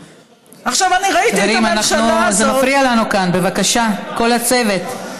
חברים, זה מפריע לנו כאן, בבקשה, כל הצוות.